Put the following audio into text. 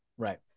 right